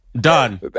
Done